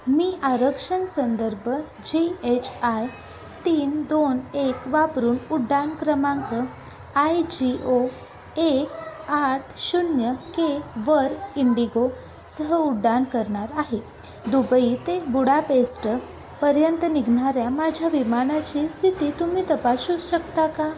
मी आरक्षण संदर्भ G H I तीन दोन एक वापरून उड्डाण क्रमांक आय जी ओ एक आठ शून्य केवर इंडिगोसह उड्डाण करणार आहे दुबई ते बुडापेस्टपर्यंत निघणाऱ्या माझ्या विमानाची स्थिती तुम्ही तपासू शकता का